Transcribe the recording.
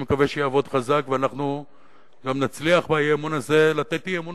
אני מקווה שיעבוד חזק ואנחנו גם נצליח באי-אמון הזה לתת אי-אמון